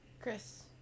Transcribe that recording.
chris